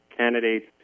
Candidates